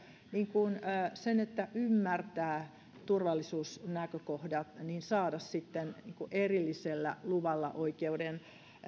sen että ymmärtää turvallisuusnäkökohdat saada erillisellä luvalla oikeuden